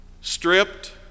stripped